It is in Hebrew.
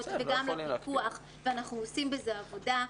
וגם לפיקוח ואנחנו עושים בזה עבודה.